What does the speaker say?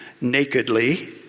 nakedly